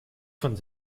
von